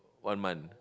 one month